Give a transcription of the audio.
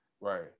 Right